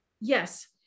Yes